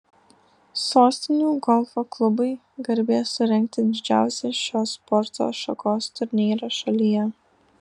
sostinių golfo klubui garbė surengti didžiausią šios sporto šakos turnyrą šalyje